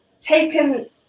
taken